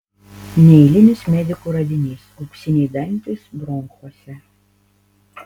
neeilinis medikų radinys auksiniai dantys bronchuose